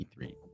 E3